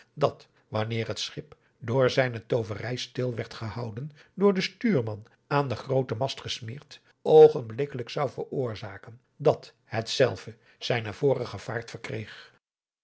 dat wanneer het schip door zijne tooverij stil werd gehouden door den stuurman aan den grooten mast gesmeerd oogenblikkelijk zou veroorzaken dat hetzelve zijne vorige vaart verkreeg